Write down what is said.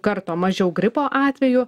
karto mažiau gripo atvejų